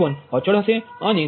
3846V1અચલ હશે અને 0